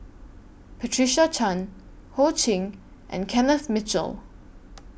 Patricia Chan Ho Ching and Kenneth Mitchell